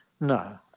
no